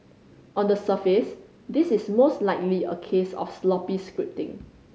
on the surface this is most likely a case of sloppy scripting